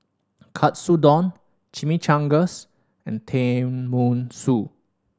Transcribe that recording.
Katsudon Chimichangas and Tenmusu